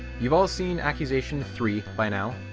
you've all seen accusation three by now.